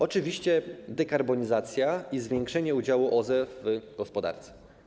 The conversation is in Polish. Oczywiście dekarbonizacji i zwiększenia udziału OZE w gospodarce.